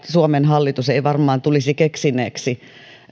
suomen hallitus varmaan tulisi keksineeksi